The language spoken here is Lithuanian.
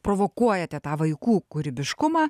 provokuojate tą vaikų kūrybiškumą